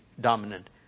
dominant